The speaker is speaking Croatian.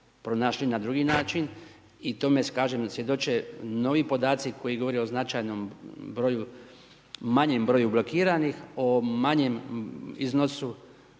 pronašli na drugi način i tome svjedoče novi podaci koji govore o značajnom broju, manjem broju blokiranih, o manjem iznosu